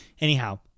Anyhow